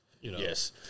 Yes